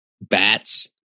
bats